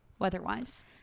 weather-wise